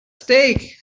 stake